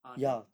ah then